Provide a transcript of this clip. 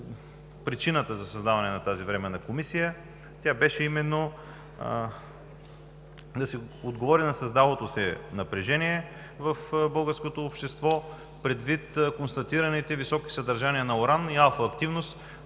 причината за създаването на тази Временна комисия. Тя беше именно, за да се отговори на създалото се напрежение в българското общество, предвид констатираното високо съдържание на уран и алфа активност